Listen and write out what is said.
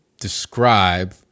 describe